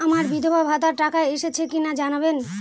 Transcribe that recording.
আমার বিধবাভাতার টাকা এসেছে কিনা জানাবেন?